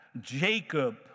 Jacob